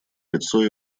лицо